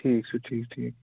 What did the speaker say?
ٹھیٖک چھُ ٹھیٖک چھُ